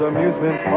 Amusement